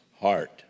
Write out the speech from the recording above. heart